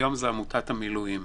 היום זה עמותת המילואים.